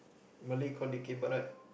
Malay call dikir barat